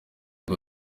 ngo